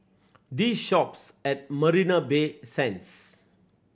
The Shoppes at Marina Bay Sands